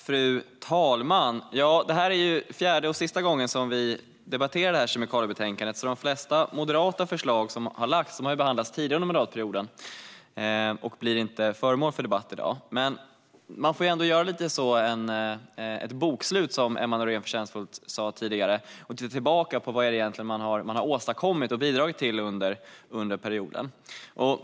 Fru talman! Detta är fjärde och sista gången som vi debatterar det här kemikaliebetänkandet. De flesta moderata förslag som har lagts har därmed behandlats tidigare under mandatperioden och blir inte föremål för debatt i dag. Men man får ändå göra lite av ett bokslut, som Emma Nohrén förtjänstfullt sa tidigare, och se tillbaka på vad det egentligen är man har åstadkommit och bidragit till under perioden.